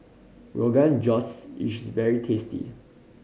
Rogan Josh is very tasty